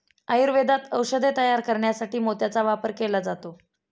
आयुर्वेदात औषधे तयार करण्यासाठी मोत्याचा वापर केला जातो